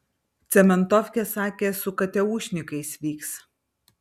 cementofkė sakė su kateušnikais vyks